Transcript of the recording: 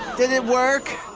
did it work?